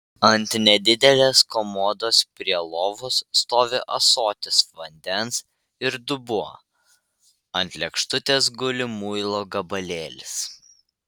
ant nedidelės komodos prie lovos stovi ąsotis vandens ir dubuo ant lėkštutės guli muilo gabalėlis